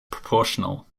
proportional